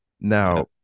Now